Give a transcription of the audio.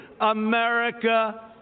America